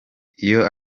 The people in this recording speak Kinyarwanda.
iyo